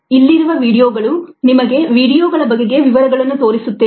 ಇಲ್ಲಿರುವ ವೀಡಿಯೊಗಳು ನಿಮಗೆ ವೀಡಿಯೊಗಳ ಬಗೆಗೆ ವಿವರಗಳನ್ನು ತೋರಿಸುತ್ತೇನೆ